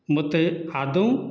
ମୋତେ ଆଦୌଁ